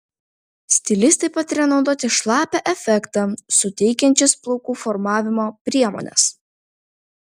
stilistai pataria naudoti šlapią efektą suteikiančias plaukų formavimo priemones